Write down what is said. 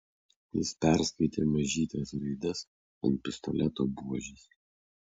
jis perskaitė mažytes raides ant pistoleto buožės